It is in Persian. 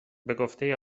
بگفته